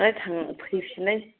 ओमफ्राय फैफिननाय